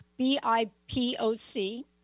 B-I-P-O-C